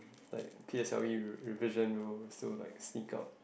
like p_s_l_e revision room so like sneak out